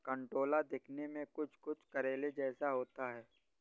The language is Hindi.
कंटोला दिखने में कुछ कुछ करेले जैसा होता है